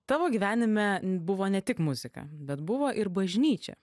tavo gyvenime buvo ne tik muzika bet buvo ir bažnyčia